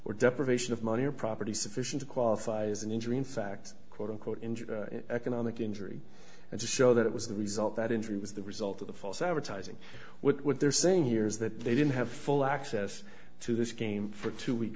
or deprivation of money or property sufficient to qualify as an injury in fact quote unquote in economic injury and to show that it was the result that injury was the result of the false advertising with what they're saying here is that they didn't have full access to this game for two week